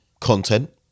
content